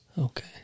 Okay